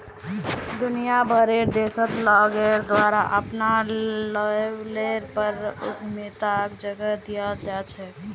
दुनिया भरेर देशत लोगेर द्वारे अपनार लेवलेर पर उद्यमिताक जगह दीयाल जा छेक